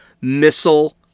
missile